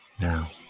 Now